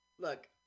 Look